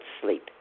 sleep